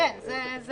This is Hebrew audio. כן, זה ברור.